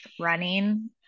running